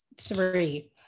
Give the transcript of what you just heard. three